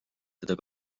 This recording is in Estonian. teda